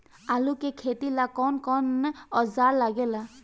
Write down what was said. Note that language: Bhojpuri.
आलू के खेती ला कौन कौन औजार लागे ला?